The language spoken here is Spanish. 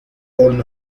old